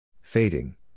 Fading